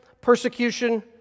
persecution